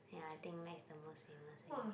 ya I think Max is the most famous I can get